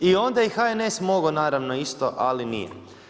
I onda je HNS mogao, naravno isto, ali nije.